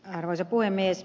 arvoisa puhemies